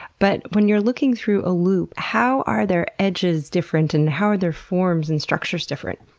but when you're looking through a loupe, how are their edges different and how are their forms and structures different?